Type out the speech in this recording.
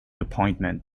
appointment